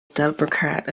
democrat